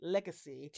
Legacy